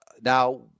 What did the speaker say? Now